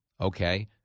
okay